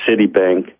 Citibank